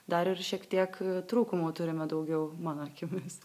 dar ir šiek tiek trūkumų turime daugiau mano akimis